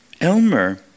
Elmer